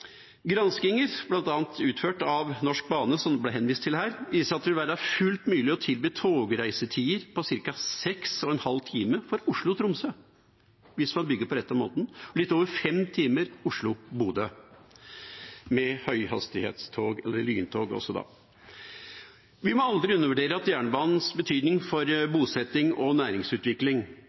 Granskinger utført av bl.a. Norsk Bane, som det ble henvist til her, viser at det vil være fullt mulig å tilby togreisetider på ca. seks og en halv time mellom Oslo og Tromsø og litt over fem timer mellom Oslo og Bodø – hvis man bygger på den rette måten, med høyhastighetstog eller lyntog. Vi må aldri undervurdere jernbanens betydning for bosetting og næringsutvikling.